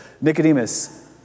Nicodemus